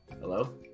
Hello